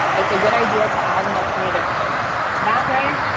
it's a good idea to add an alternative host that way,